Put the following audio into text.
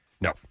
No